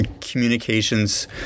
communications